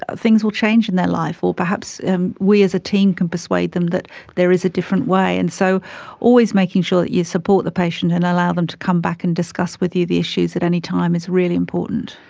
ah things will change in their life or perhaps we as a team can persuade them that there is a different way. and so always making sure that you support the patient and allow them to come back and discuss with you the issues at any time is really important.